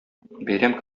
бәйрәм